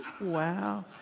Wow